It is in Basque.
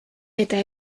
eta